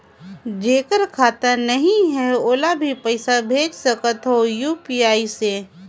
जेकर खाता नहीं है ओला भी पइसा भेज सकत हो यू.पी.आई से?